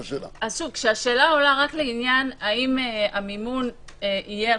כשהשאלה עולה רק לעניין האם המיון יהיה על